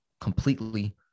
completely